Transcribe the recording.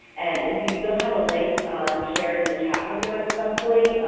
and we will have a link shared in the chat window at some point,